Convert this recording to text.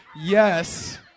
Yes